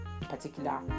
particular